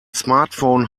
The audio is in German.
smartphone